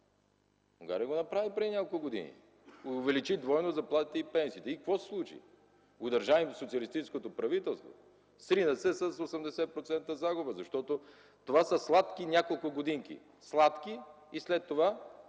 Унгария го направи преди няколко години – увеличи двойно заплатите и пенсиите. Какво се случи? Удържа ли им социалистическото правителство? Срина се с 80% загуба, защото това са сладки няколко годинки. Сладки – след това